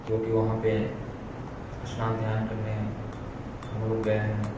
जोकि वहाँ पर स्नान ध्यान करने हमलोग गए हैं